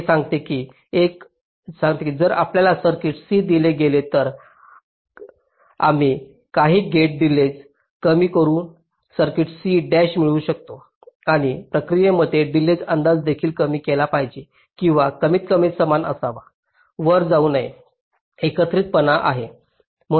हे सांगते की जर आपल्याला सर्किट C दिले गेले तर आम्ही काही गेट डिलेज कमी करून सर्किट C डॅश मिळवू शकतो आणि प्रक्रियेमध्ये डिलेज अंदाज देखील कमी केला पाहिजे किंवा कमीतकमी समान असावा वर जाऊ नये